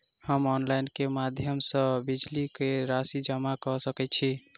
हम ऑनलाइन केँ माध्यम सँ बिजली कऽ राशि जमा कऽ सकैत छी?